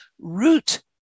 root